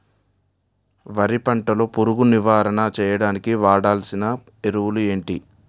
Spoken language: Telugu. వరి పంట లో పురుగు నివారణ చేయడానికి వాడాల్సిన ఎరువులు ఏంటి?